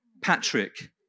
Patrick